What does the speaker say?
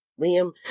Liam